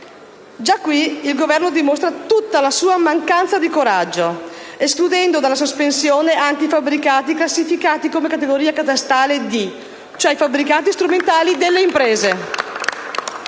Già qui il Governo dimostra tutta la sua mancanza di coraggio, escludendo dalla sospensione anche i fabbricati classificati come categoria catastale D, cioè i fabbricati strumentali delle imprese.